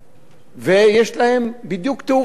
ויש להם בדיוק תיאור הפוך משלכם.